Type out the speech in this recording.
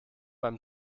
beim